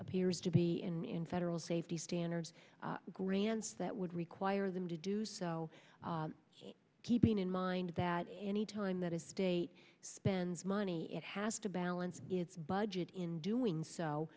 appears to be in federal safety standards grants that would require them to do so keeping in mind that any time that a state spends money it has to balance its budget in doing so